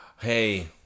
hey